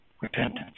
repentance